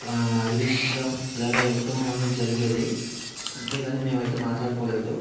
వా అడిగించడం లేదా ఇవ్వడం అనేది జరిగేది అంతే కానీ మేము అయితే మాట్లాడుకోలేదు